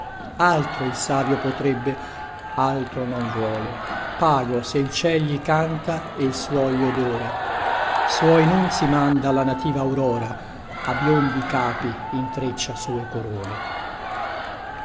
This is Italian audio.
altro il savio potrebbe altro non vuole pago se il ciel gli canta e il suol gli odora suoi nunzi manda alla nativa aurora a biondi capi intreccia sue corone